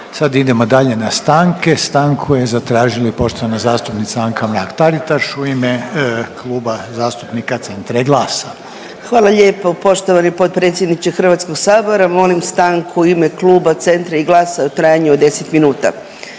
Sad idemo dalje na stanke. Stanku je zatražila i poštovana zastupnica Anka Mrak-Taritaš u ime Kluba zastupnika Centra i GLAS-a. **Mrak-Taritaš, Anka (GLAS)** Hvala lijepo poštovani potpredsjedniče HS-a, molim stanku u ime Kluba Centra i GLAS-a u trajanju od 10 minuta.